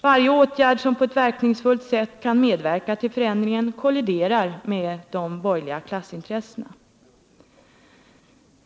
Varje åtgärd som på ett verkningsfullt sätt kan medverka till förändringen kolliderar med de borgerliga klassintressena.